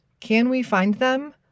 canwefindthem